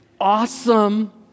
awesome